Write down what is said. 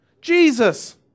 Jesus